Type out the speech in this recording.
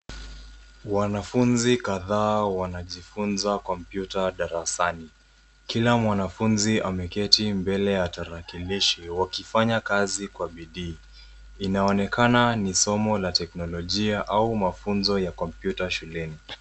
Wanafunzi kadhaa wanajifunza kompyuta darasani. Kila mwanafunzi ameketi mbele ya tarakilishi wakifanya kazi kwa bidii. Inaonekana ni somo la teknolojia au mafunzo ya kompyuta shuleni.